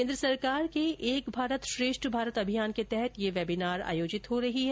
केन्द्र सरकार के एक भारत श्रेष्ठ भारत अभियान के तहत ये वेबिनार आयोजित हो रही है